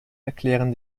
erklären